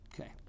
Okay